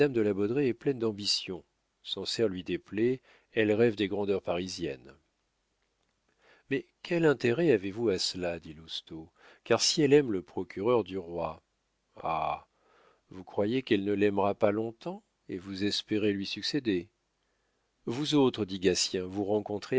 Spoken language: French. de la baudraye est pleine d'ambition sancerre lui déplaît elle rêve des grandeurs parisiennes mais quel intérêt avez-vous à cela dit lousteau car si elle aime le procureur du roi ah vous croyez qu'elle ne l'aimera pas longtemps et vous espérez lui succéder vous autres dit gatien vous rencontrez